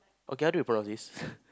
okay how do you pronounce this